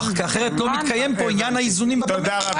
כי אחרת לא מתקיים כאן עניין האיזונים והבלמים.